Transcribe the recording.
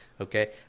okay